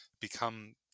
become